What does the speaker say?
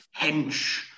hench